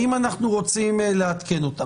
האם אנחנו רוצים לעדכן אותם?